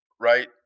right